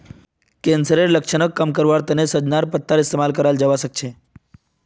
कैंसरेर लक्षणक कम करवार तने सजेनार पत्तार उपयोग कियाल जवा सक्छे